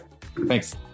Thanks